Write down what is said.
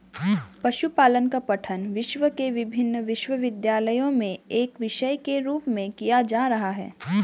पशुपालन का पठन विश्व के विभिन्न विश्वविद्यालयों में एक विषय के रूप में किया जा रहा है